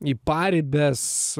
į paribes